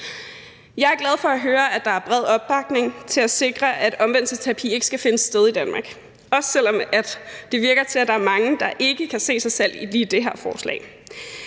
Jeg er glad for at høre, at der er bred opbakning til at sikre, at omvendelsesterapi ikke skal finde sted i Danmark, også selv om det virker, som om der er mange, der ikke kan se sig selv i lige det her forslag.